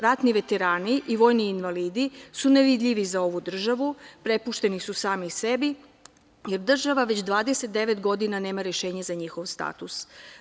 Ratni veterani i vojni invalidi su nevidljivi za ovu državu, prepušteni su sami sebi, jer država već 29 godina nema rešenje za njihov status.